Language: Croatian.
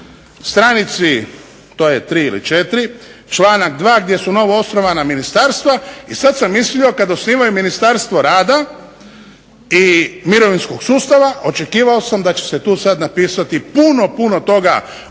na stranici to je 3 ili 4, članak 2. gdje su novo osnovana ministarstva i sada sam mislio kada osnivaju ministarstvo rada i mirovinskog sustava očekivao sam da će se tu sada napisati puno, puno toga